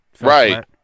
right